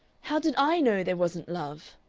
how did i know there wasn't love?